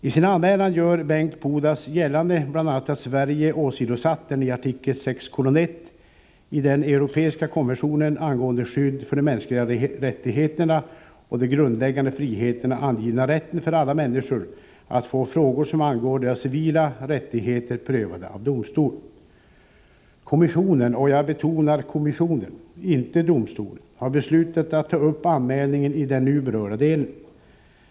I sin anmälan gör Bengt Pudas gällande bl.a. att Sverige åsidosatt den i artikel 6:1 i den europeiska konventionen angående skydd för de mänskliga rättigheterna och de grundläggande friheterna angivna rätten för alla människor att få frågor som angår deras civila rättigheter prövade av domstol. Kommissionen — och jag betonar kommissionen, inte domstolen — har beslutat att ta upp anmälningen i den nu berörda delen.